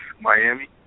Miami